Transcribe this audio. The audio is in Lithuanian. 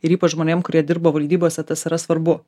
ir ypač žmonėm kurie dirba valdybose tas yra svarbu